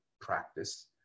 practice